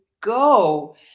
go